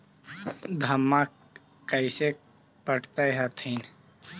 धन्मा कैसे पटब हखिन?